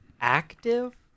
active